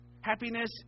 Happiness